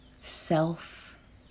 self